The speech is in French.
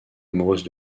amoureuse